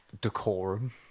Decorum